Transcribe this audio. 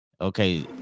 Okay